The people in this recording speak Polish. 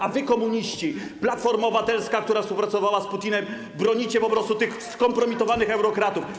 A wy, komuniści, Platforma Obywatelska, która współpracowała z Putinem, bronicie po prostu tych skompromitowanych eurokratów.